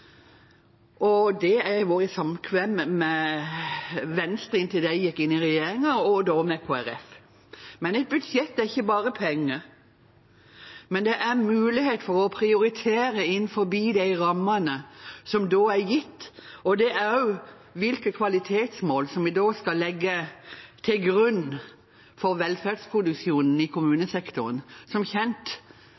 Det har vært i samkvem med Venstre, inntil de gikk inn i regjeringen, og med Kristelig Folkeparti. Et budsjett er ikke bare penger. Det er også muligheten til å prioritere innenfor de rammene som er gitt, og det er hvilke kvalitetsmål man skal legge til grunn for velferdsproduksjonen i